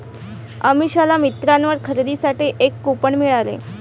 अमिषाला मिंत्रावर खरेदीसाठी एक कूपन मिळाले